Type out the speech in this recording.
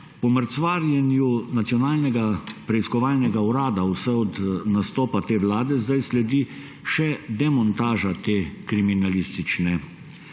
Po mrcvarjenju Nacionalnega preiskovalnega urada vse od nastopa te vlade sedaj sledi še demontaža te kriminalistične